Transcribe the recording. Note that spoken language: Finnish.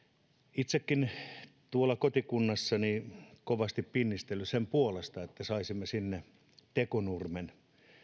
itsekin olen tuolla kotikunnassani kovasti pinnistellyt sen puolesta että saisimme sinne tekonurmen